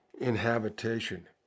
inhabitation